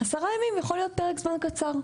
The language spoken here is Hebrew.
10 ימים יכול להיות פרק זמן קצר.